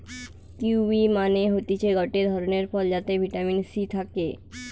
kiwi মানে হতিছে গটে ধরণের ফল যাতে ভিটামিন সি থাকে